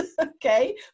okay